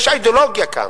יש אידיאולוגיה כאן,